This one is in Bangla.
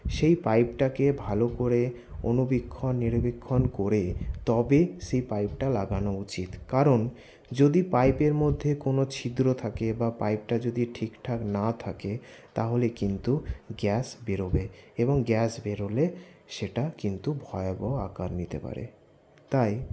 সেই পাইপটাকে ভালো করে অনুবীক্ষণ নিরবীক্ষণ করে তবেই সেই পাইপটা লাগানো উচিত কারণ যদি পাইপের মধ্যে কোন ছিদ্র থাকে বা পাইপটা যদি ঠিকঠাক না থাকে তাহলে কিন্তু গ্যাস বেরোবে এবং গ্যাস বেরোলে সেটা কিন্তু ভয়াবহ আকার নিতে পারে তাই